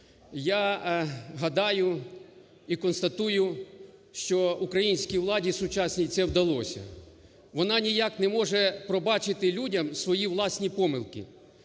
Я гадаю і констатую, що українській владі сучасній це вдалося. Вона ніяк не може пробачити людям свої власні помилки.